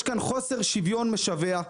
יש כאן חוסר שוויון משווע.